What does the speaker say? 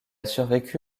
survécu